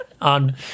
on